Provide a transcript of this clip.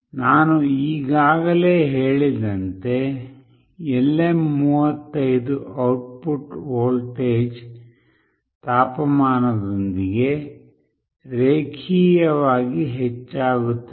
ನಾನು ಈಗಾಗಲೇ ಹೇಳಿದಂತೆ LM35 output ವೋಲ್ಟೇಜ್ ತಾಪಮಾನದೊಂದಿಗೆ ರೇಖೀಯವಾಗಿ ಹೆಚ್ಚಾಗುತ್ತದೆ